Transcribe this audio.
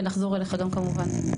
ונחזור אליך גם כמובן.